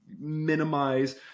minimize